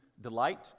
delight